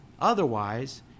Otherwise